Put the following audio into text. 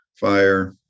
fire